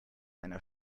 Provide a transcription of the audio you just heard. einer